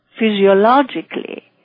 physiologically